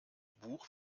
buch